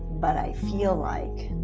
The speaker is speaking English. but i feel like,